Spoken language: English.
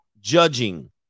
judging